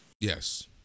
Yes